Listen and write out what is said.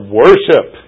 worship